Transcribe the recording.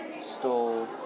stole